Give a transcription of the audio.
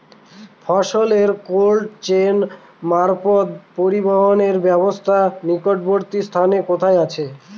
ফসলের cold chain মারফত পরিবহনের ব্যাবস্থা নিকটবর্তী স্থানে কোথায় আছে?